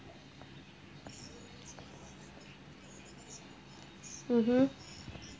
mmhmm